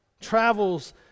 travels